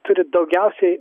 turi daugiausiai